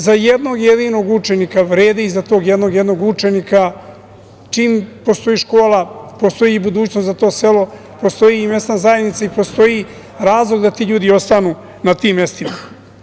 Za jednog jedinog učenika vredi i za tog jednog jedinog učenika, čim postoji škola, postoji i budućnost za to selo, postoji i mesna zajednica i postoji razlog da ti ljudi ostanu na tim mestima.